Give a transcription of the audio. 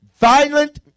Violent